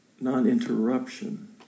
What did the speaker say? Non-interruption